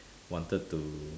wanted to